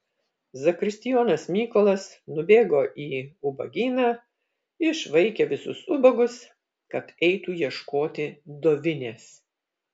zakristijonas mykolas nubėgo į ubagyną išvaikė visus ubagus kad eitų ieškoti dovinės